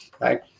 right